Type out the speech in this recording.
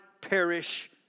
perish